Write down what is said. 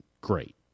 great